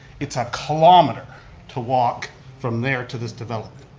it's a kilometer to walk from there to this development.